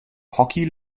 hockey